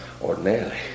ordinarily